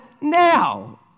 now